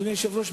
אדוני היושב-ראש,